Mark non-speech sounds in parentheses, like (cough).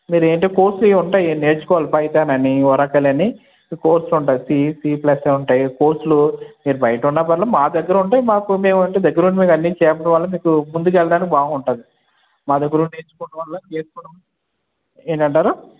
మీరు ఏంటి అంటే కోర్సులు ఉంటాయి నేర్చుకోవాలి పైథాన్ అని ఒరాకిల్ అని కోర్సులు ఉంటాయి సీ సీ ప్లస్ ఉంటాయి కోర్సులు మీరు బయట ఉన్నా పర్వాలేదు మా దగ్గర ఉంటాయి మాకు మేము అంటే దగ్గర ఉండి మీకు అన్నీ చెప్పడం వల్ల మీకు ముందుకు వెళ్ళడానికి బాగుంటుంది మా దగ్గర ఉండి నేర్చుకోవడం వల్ల చేసుకోవడం (unintelligible) ఏంటి అంటారు